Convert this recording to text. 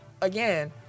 again